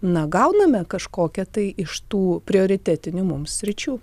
na gauname kažkokią tai iš tų prioritetinių mums sričių